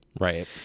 right